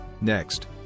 next